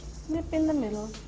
snip in the middle